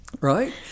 right